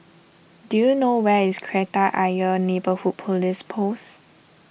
do you know where is Kreta Ayer Neighbourhood Police Post